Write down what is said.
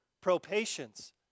pro-patience